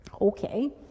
Okay